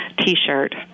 T-shirt